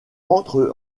entre